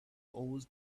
always